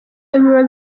ibiro